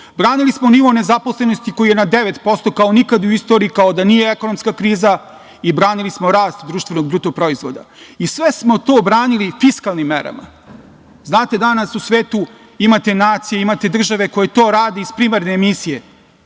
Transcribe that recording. Branili smo nivo nezaposlenosti koji je na 9% kao nikad u istoriji, kao da nije ekonomska kriza i branili smo rast BDP. Sve smo to branili fiskalnim merama. Znate, danas u svetu imate nacije, imate države koje to rade iz primarne emisije.